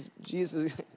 Jesus